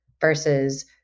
versus